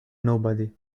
nobody